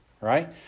right